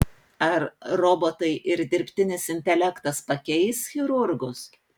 ar robotai ir dirbtinis intelektas pakeis chirurgus